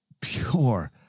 pure